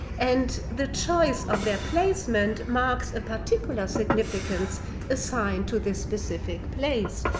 and the choice of their placement marks a particular significance assigned to this specific place,